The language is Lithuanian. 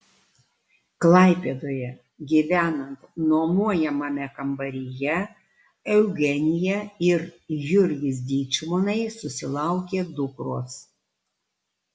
klaipėdoje gyvenant nuomojamame kambaryje eugenija ir jurgis dyčmonai susilaukė dukros